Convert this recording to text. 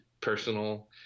personal